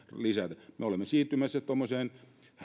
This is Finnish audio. lisätä me olemme siirtymässä tuommoiseen